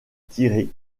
tiré